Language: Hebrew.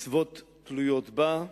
מצוות תלויות בה,